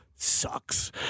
Sucks